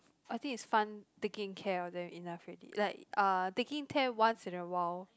I think it's fun taking care of them enough already like uh taking care once in awhile